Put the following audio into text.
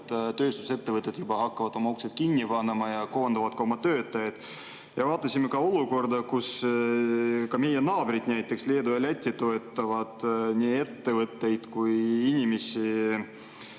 tööstusettevõtted juba hakkavad oma uksi kinni panema ja koondavad ka oma töötajaid. Vaatasime ühtlasi olukorda, kus meie naabrid, näiteks Leedu ja Läti, toetavad nii ettevõtteid kui ka inimesi